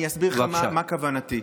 אני אסביר לך מה כוונתי.